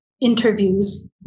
interviews